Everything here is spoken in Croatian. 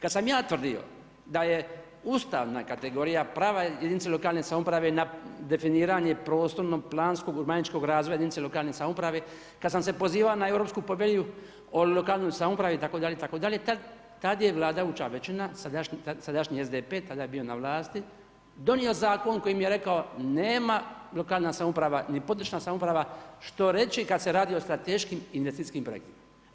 Kada sam ja tvrdio da je ustavna kategorija prava jedinica lokalne samouprave na definiranje prostorno-planskog, urbaničkog razvoja jedinice lokalne samouprave, kada sam se pozivao na Europsku povelju o lokalnoj samoupravi itd., itd. tada je vladajuća većina sadašnji SDP tada je bio na vlasti donio zakon kojim je rekao nema lokalna ni područna samouprava što reći kada se radi o strateškim investicijskim projektima.